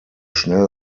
schnell